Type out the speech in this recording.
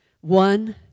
One